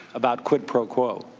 about quid pro quo.